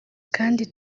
kandi